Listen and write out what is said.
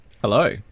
Hello